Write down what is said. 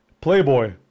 Playboy